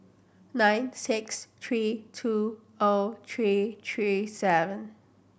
nine six three two O three three seven